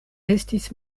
estis